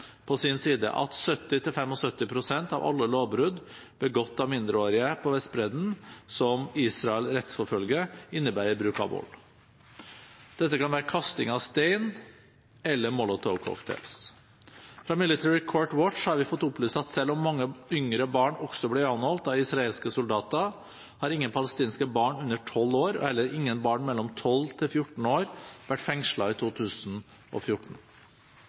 på sin side at 70–75 pst. av alle lovbrudd begått av mindreårige på Vestbredden som Israel rettsforfølger, innebærer bruk av vold. Dette kan være kasting av stein eller molotovcocktails. Fra Military Court Watch har vi fått opplyst at selv om mange yngre barn også blir anholdt av israelske soldater, har ingen palestinske barn under 12 år, og heller ingen barn mellom 12 og 14 år, vært fengslet i 2014.